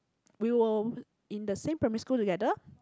we were in the same primary school together